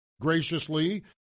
graciously